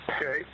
Okay